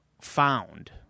found